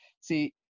See